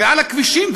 ועל הכבישים,